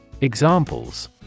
Examples